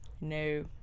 no